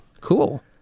Cool